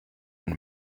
and